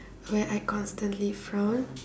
where I constantly frown